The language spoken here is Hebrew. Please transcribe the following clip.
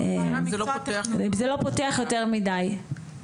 האם זה לא פותח יותר מידי?